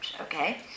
Okay